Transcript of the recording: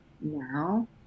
now